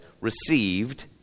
received